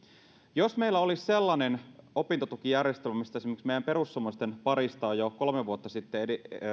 jos meillä olisi sellainen opintotukijärjestelmä mistä esimerkiksi meidän perussuomalaisten parista on jo kolme vuotta sitten